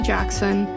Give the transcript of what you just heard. Jackson